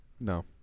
No